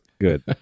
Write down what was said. Good